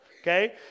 Okay